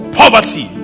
poverty